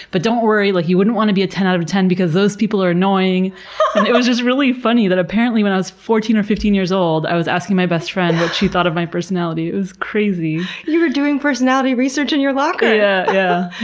but don't worry, like you wouldn't want to be a ten out of ten because those people are annoying. and it was just really funny that, apparently, when i was fourteen or fifteen years old, i was asking my best friend what she thought of my personality, it was crazy! you were doing personality research in your locker! yeah, yeah,